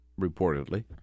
reportedly